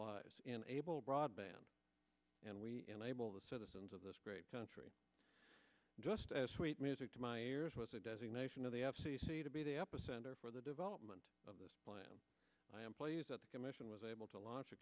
lives enable broadband and we enable the citizens of this great country just as sweet music to my ears was a designation of the f c c to be the epicenter for the development of this plan i am pleased that the commission was able to launch a